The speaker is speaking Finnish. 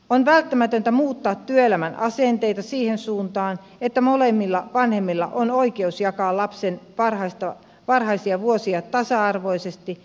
on välttämätöntä muuttaa työelämän asenteita siihen suuntaan että molemmilla vanhemmilla on oikeus jakaa lapsen varhaisia vuosia tasa arvoisesti